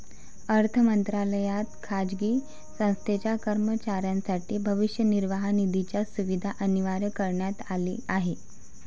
अर्थ मंत्रालयात खाजगी संस्थेच्या कर्मचाऱ्यांसाठी भविष्य निर्वाह निधीची सुविधा अनिवार्य करण्यात आली आहे